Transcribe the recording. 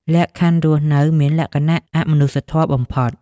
លក្ខខណ្ឌរស់នៅមានលក្ខណៈអមនុស្សធម៌បំផុត។